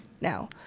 now